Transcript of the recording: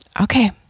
Okay